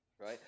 right